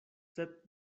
sed